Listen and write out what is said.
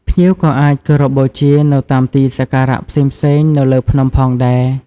ភ្ញៀវក៏អាចគោរពបូជានៅតាមទីសក្ការៈផ្សេងៗនៅលើភ្នំផងដែរ។